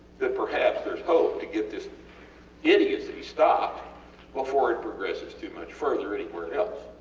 that perhaps theres hope to get this idiocy stopped before it progresses too much further anywhere else.